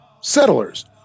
settlers